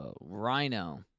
Rhino